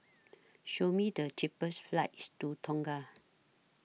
Show Me The cheapest flights to Tonga